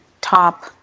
top